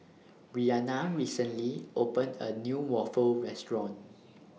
Bryanna recently opened A New Waffle Restaurant